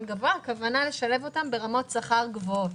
גבוה הכוונה היא לשלב אותם ברמות שכר גבוהות.